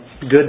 good